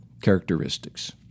characteristics